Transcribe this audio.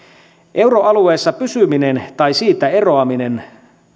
euroalueessa pysyminen tai siitä eroaminen